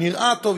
נראה טוב,